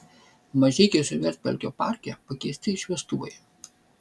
mažeikiuose juodpelkio parke pakeisti šviestuvai